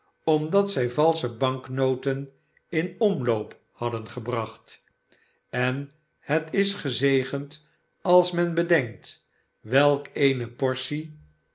omdat zij valsche banknoten in omloop hadden gebracht en het is gezegend als men bedenkt welk eene portie